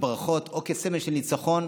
וברכות או כסמל של ניצחון,